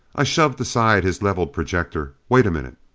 i shoved aside his leveled projector. wait a minute,